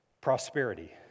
prosperity